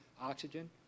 oxygen